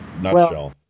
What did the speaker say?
nutshell